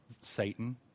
Satan